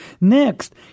Next